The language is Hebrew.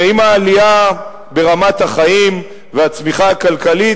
עם העלייה ברמת החיים והצמיחה הכלכלית